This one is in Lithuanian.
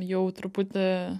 jau truputį